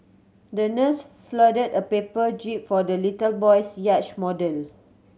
the nurse folded a paper jib for the little boy's yacht model